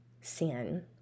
sin